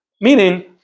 Meaning